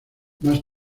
más